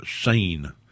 seen